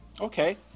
Okay